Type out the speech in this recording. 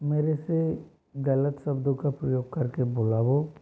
मेरे से गलत शब्दों का प्रयोग कर के बोला वह